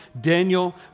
Daniel